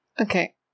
Okay